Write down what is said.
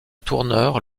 tourneur